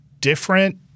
different